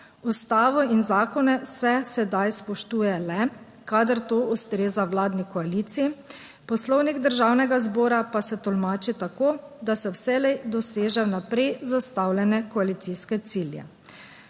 Ustavo in zakone se sedaj spoštuje le, kadar to ustreza vladni koaliciji, Poslovnik Državnega zbora pa se tolmači tako, da se vselej doseže vnaprej zastavljene koalicijske cilje.